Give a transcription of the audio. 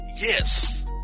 yes